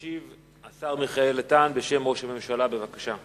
ישיב השר מיכאל איתן בשם ראש הממשלה, בבקשה.